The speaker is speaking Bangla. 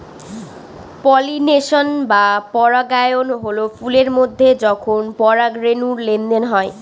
পলিনেশন বা পরাগায়ন হল ফুলের মধ্যে যখন পরাগরেনুর লেনদেন হয়